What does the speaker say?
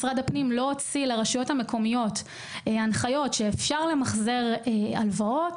משרד הפנים לא הוציא לרשויות המקומיות הנחיות שאפשר למחזר הלוואות